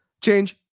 Change